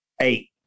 eight